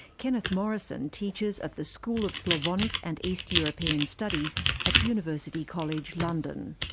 kenneth morrison teaches at the school of slavonic and east european studies at university college, london.